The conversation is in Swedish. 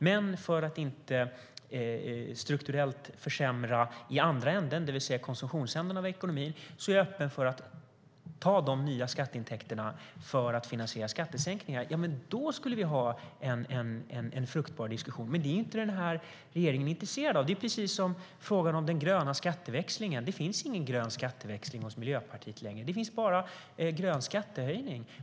Men för att inte strukturellt försämra i andra änden, det vill säga konsumtionsänden av ekonomin, är jag öppen för att ta de nya skatteintäkterna för att finansiera skattesänkningar. Då skulle vi ha en fruktbar diskussion. Men det är regeringen inte intresserad av. Det är precis som i frågan om den gröna skatteväxlingen. Det finns ingen grön skatteväxling hos Miljöpartiet längre. Det finns bara grön skattehöjning.